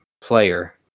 player